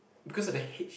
because of the H